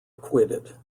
acquitted